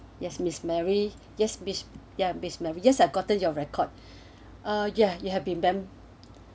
yes miss mary yes ya miss mary have gotten your record ya you have been bam~